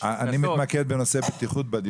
יש --- בדיון הזה אני מתמקד בנושא הבטיחות.